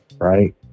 right